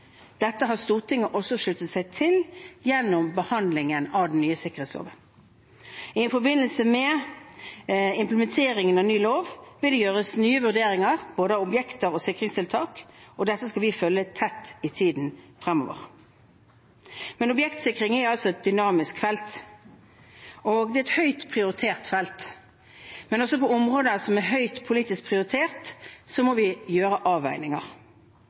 Dette har Stortinget også sluttet seg til gjennom behandlingen av den nye sikkerhetsloven. I forbindelse med implementeringen av ny lov vil det gjøres nye vurderinger av både objekter og sikringstiltak, og dette skal vi følge tett i tiden fremover. Objektsikring er altså et dynamisk felt, og det er et høyt prioritert felt, men også på områder som er høyt politisk prioritert, må vi gjøre avveininger.